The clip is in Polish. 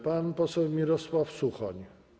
Pan poseł Mirosław Suchoń?